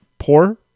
poor